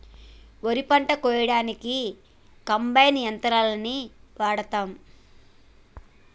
వరి పంట కోయడానికి కంబైన్ యంత్రాలని వాడతాం